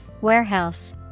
Warehouse